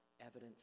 evidence